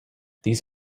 these